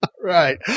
Right